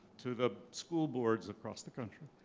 to the school boards across the country,